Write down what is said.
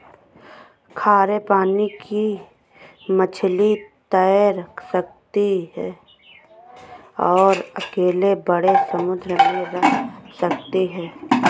खारे पानी की मछली तैर सकती है और अकेले बड़े समूह में रह सकती है